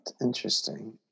interesting